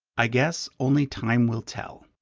i guess only time will tell.